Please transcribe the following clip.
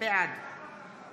בעד